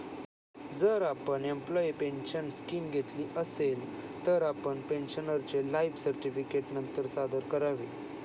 जर आपण employee pension scheme घेतली असेल, तर आपण पेन्शनरचे लाइफ सर्टिफिकेट नंतर सादर करावे